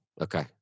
Okay